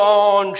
on